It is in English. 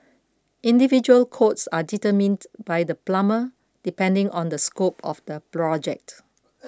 individual quotes are determined by the plumber depending on the scope of the project